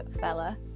fella